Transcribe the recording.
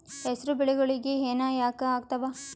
ಹೆಸರು ಬೆಳಿಗೋಳಿಗಿ ಹೆನ ಯಾಕ ಆಗ್ತಾವ?